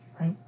right